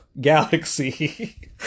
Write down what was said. Galaxy